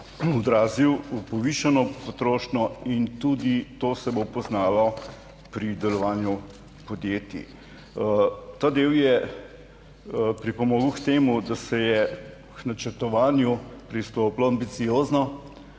odrazil v povišano potrošnjo in tudi to se bo poznalo pri delovanju podjetij. Ta del je pripomogel k temu, da se je k načrtovanju pristopilo ambiciozno,